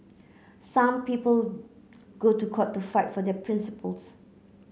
some people go to court to fight for their principles